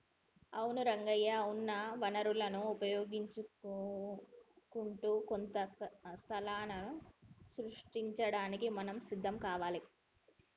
అవును రంగయ్య ఉన్న వనరులను వినియోగించుకుంటూ కొత్త సంస్థలను సృష్టించడానికి మనం సిద్ధం కావాలి